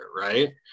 right